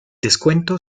descuento